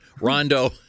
Rondo